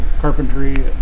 carpentry